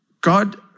God